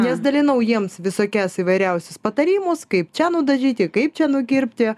nes dalinau jiems visokias įvairiausius patarimus kaip čia nudažyti kaip čia nukirpti